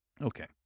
Okay